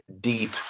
deep